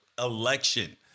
election